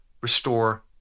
restore